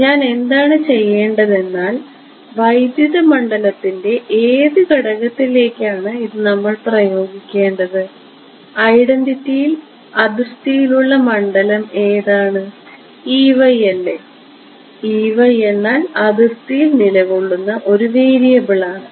ഞാൻ എന്താണ് ചെയ്യേണ്ടതെന്നാൽ വൈദ്യുത മണ്ഡലത്തിന്റെ ഏത് ഘടകത്തിലേക്കാണ് ഇത് നമ്മൾ പ്രയോഗിക്കേണ്ടത് ഐഡന്റിറ്റികളിൽ അതിർത്തിയിലുള്ള മണ്ഡലം ഏതാണ് അല്ലേ എന്നാൽ അതിർത്തിയിൽ നിലകൊള്ളുന്ന ഒരു വേരിയബിൾ ആണ്